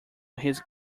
his